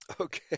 Okay